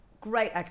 great